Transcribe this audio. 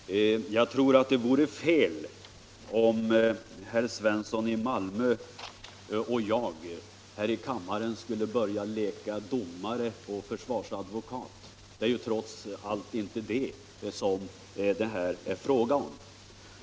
Herr talman! Jag tror att det vore fel om herr Svensson i Malmö och jag här i kammaren skulle börja leka domare och försvarsadvokat. Det är trots allt inte det som det här är fråga om.